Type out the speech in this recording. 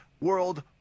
World